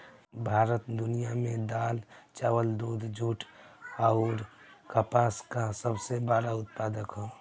भारत दुनिया में दाल चावल दूध जूट आउर कपास का सबसे बड़ा उत्पादक ह